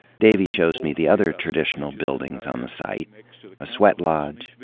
davy shows me the other traditional buildings on the site a sweat lodge.